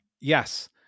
yes